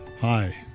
Hi